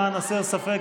למען הסר ספק,